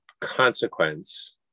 consequence